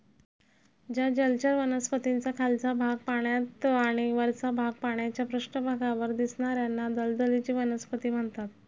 ज्या जलचर वनस्पतींचा खालचा भाग पाण्यात आणि वरचा भाग पाण्याच्या पृष्ठभागावर दिसणार्याना दलदलीची वनस्पती म्हणतात